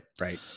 right